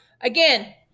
again